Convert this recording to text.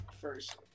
first